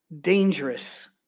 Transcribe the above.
dangerous